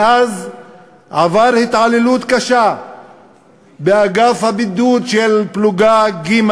מאז הוא עבר התעללות קשה באגף הבידוד של פלוגה ג'